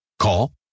Call